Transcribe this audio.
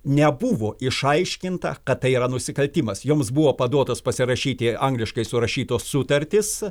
nebuvo išaiškinta kad tai yra nusikaltimas joms buvo paduotas pasirašyti angliškai surašytos sutartys